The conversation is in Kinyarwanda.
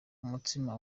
umutsima